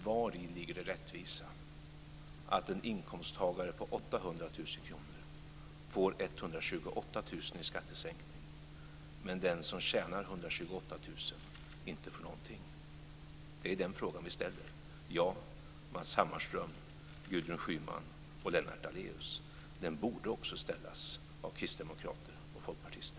Vari ligger det rättvisa, Bo Lundgren, i att en inkomsttagare med 800 000 kr får 128 000 i skattesänkning, medan den som tjänar 128 000 inte får någonting? Det är den frågan jag, Matz Hammarstöm, Gudrun Schyman och Lennart Daléus ställer. Den borde också ställas av kristdemokrater och folkpartister.